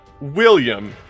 William